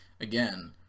again